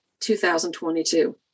2022